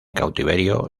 cautiverio